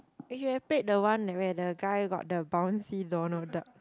eh should have played the one where the guy got the bouncy Donald-Duck